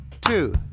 two